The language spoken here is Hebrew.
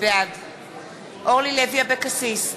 בעד אורלי לוי אבקסיס,